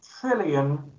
trillion